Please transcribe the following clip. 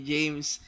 James